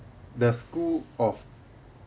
the school of